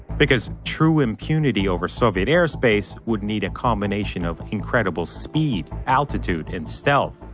because true impunity over soviet airspace would need a combination of incredible speed, altitude, and stealth.